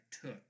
took